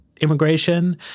immigration